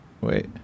Wait